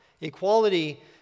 Equality